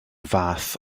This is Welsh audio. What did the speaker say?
fath